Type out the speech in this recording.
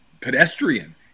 pedestrian